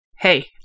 Hey